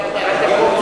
אתה בעד החוק?